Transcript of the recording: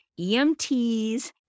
EMTs